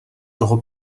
toho